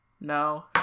No